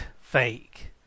fake